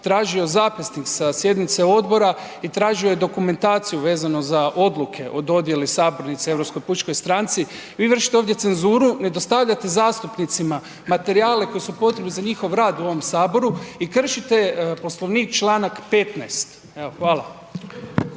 tražio zapisnik sa sjednice odbora i tražio je dokumentaciju vezano za odluke o dodjeli sabornice Europskoj pučkoj stranci. Vi vršite ovdje cenzuru, ne dostavljate zastupnicima materijale koji su potrebni za njihov rad u ovom Saboru i kršite Poslovnik članak 15. Evo,